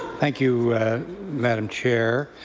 thank you madam chair,